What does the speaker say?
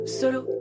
solo